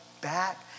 back